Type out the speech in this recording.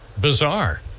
bizarre